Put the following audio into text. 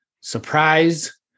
surprise